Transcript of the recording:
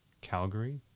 Calgary